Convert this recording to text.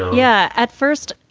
yeah. at first,